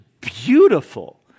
beautiful